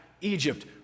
Egypt